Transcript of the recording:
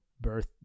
birth